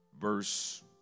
verse